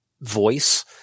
voice